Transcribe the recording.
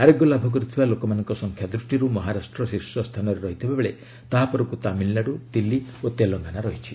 ଆରୋଗ୍ୟ ଲାଭ କରିଥିବା ଲୋକମାନଙ୍କ ସଂଖ୍ୟା ଦୃଷ୍ଟିରୁ ମହାରାଷ୍ଟ୍ର ଶୀର୍ଷସ୍ଥାନରେ ରହିଥିବା ବେଳେ ତାହା ପରକୁ ତାମିଲନାଡୁ ଦିଲ୍ଲୀ ଓ ତେଲଙ୍ଗାନା ରହିଛି